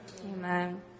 Amen